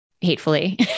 hatefully